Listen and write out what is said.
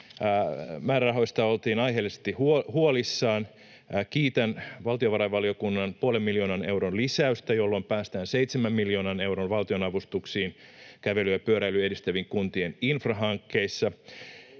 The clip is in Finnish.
määrärahoista oltiin aiheellisesti huolissaan. Kiitän valtiovarainvaliokunnan puolen miljoonan euron lisäystä, jolloin päästään 7 miljoonan euron valtion-avustuksiin kävelyä ja pyöräilyä edistävien kuntien infrahankkeissa.